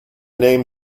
name